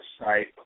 site